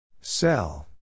Sell